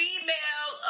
Female